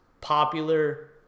popular